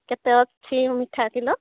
କେତେ ଅଛି ମିଠା କିଲୋ